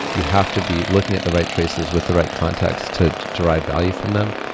you have to be looking at the right traces with the right context to drive value from them.